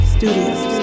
Studios